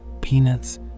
peanuts